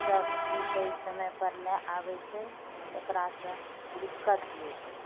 सभ भी सहि समय पर नहि आबै छै एकरासँ दिक्कत होइ छै